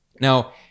Now